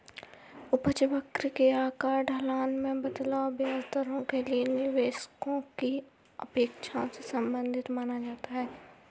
उपज वक्र के आकार, ढलान में बदलाव, ब्याज दरों के लिए निवेशकों की अपेक्षाओं से संबंधित माना जाता है